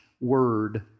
word